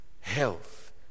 health